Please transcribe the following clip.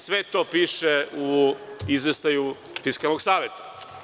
Sve to piše u izveštaju Fiskalnog saveta.